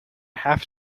have